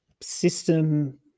system